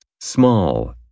Small